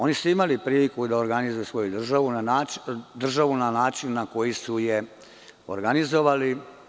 Oni su imali priliku da organizuju svoju državu na način na koji su je organizovali.